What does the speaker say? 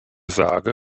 sage